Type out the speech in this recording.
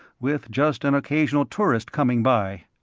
with just an occasional tourist coming by.